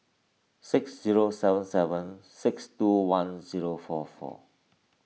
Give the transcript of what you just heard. six zero seven seven six two one zero four four